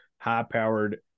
high-powered